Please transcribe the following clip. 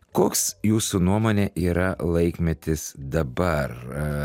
koks jūsų nuomone yra laikmetis dabar